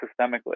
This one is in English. systemically